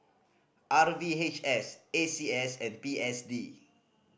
R V H S A C S and P S D